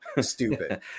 Stupid